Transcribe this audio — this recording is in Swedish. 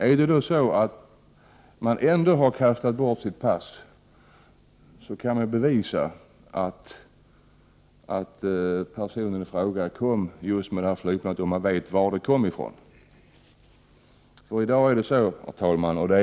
Om det ändå är så att man har kastat bort sitt pass kan man bevisa att personen kom med just det här flygplanet och man vet varifrån det kom.